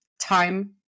time